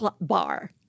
bar